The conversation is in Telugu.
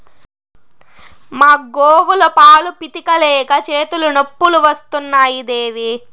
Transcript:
మా గోవుల పాలు పితిక లేక చేతులు నొప్పులు వస్తున్నాయి దేవీ